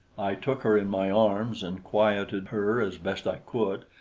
i took her in my arms and quieted her as best i could,